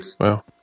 Wow